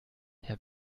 herr